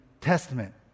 Testament